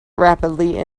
rapidly